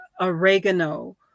oregano